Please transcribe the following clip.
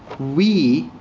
we,